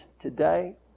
today